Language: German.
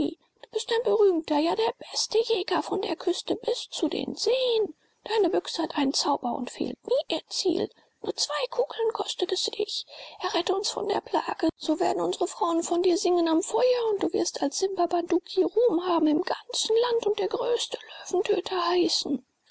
du bist ein berühmter ja der beste jäger von der küste bis zu den seen deine büchse hat einen zauber und fehlt nie ihr ziel nur zwei kugeln kostet es dich errette uns von der plage so werden unsre frauen von dir singen am feuer und du wirst als simba bunduki ruhm haben im ganzen lande und der größte löwentöter heißen